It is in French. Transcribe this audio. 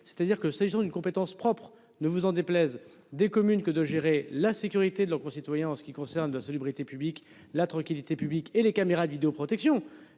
C'est-à-dire que ces gens ont une compétence propre. Ne vous en déplaise des communes que de gérer la sécurité de leurs concitoyens en ce qui concerne la salubrité publique la tranquillité publique et les caméras de vidéoprotection